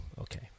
Okay